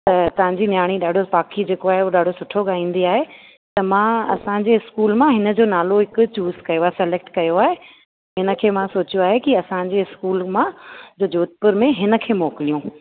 त तव्हांजी नयाणी ॾाढो पाखी जेको आहे उहो ॾाढो सुठो ॻाईंदी आहे त मां असांजे इस्कूल मां हिनजो नालो हिकु चूस कयो आहे सिलैक्ट कयो आहे इनखे मां सोचियो आहे की असांजे इस्कूल मां जो जोधपुर में हिनखे मोकिलियूं